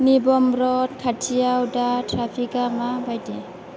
निबम र'ड खाथियाव दा ट्राफिकआ मा बायदि